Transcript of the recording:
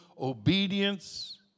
obedience